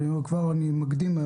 אני כבר מקדים.